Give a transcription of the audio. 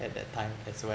at that time as well